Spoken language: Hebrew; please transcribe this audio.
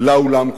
לעולם כולו.